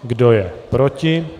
Kdo je proti?